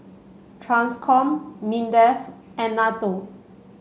TRANSCOM MINDEF and NATO